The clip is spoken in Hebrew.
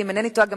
ואם אינני טועה,